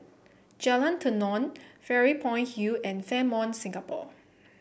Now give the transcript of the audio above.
Jalan Tenon Fairy Point Hill and Fairmont Singapore